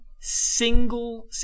single